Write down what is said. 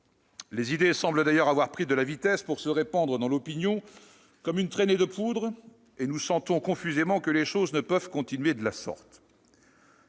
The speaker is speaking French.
Les idées semblent d'ailleurs avoir pris de la vitesse pour se répandre dans l'opinion comme une traînée de poudre et nous sentons confusément que les choses ne peuvent continuer de la sorte.